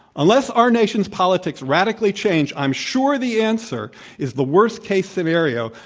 unless our nation's politics radically change, i'm sure the answer is the worst-case scenario.